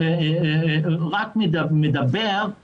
יופי, ידעתי.